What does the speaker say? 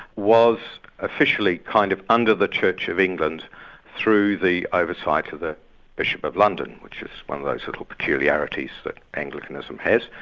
was officially kind of under the church of england through the oversight of the bishop of london, which is one of those little peculiarities that anglicanism has,